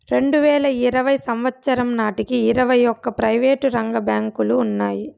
రెండువేల ఇరవై సంవచ్చరం నాటికి ఇరవై ఒక్క ప్రైవేటు రంగ బ్యాంకులు ఉన్నాయి